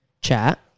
chat